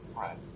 Right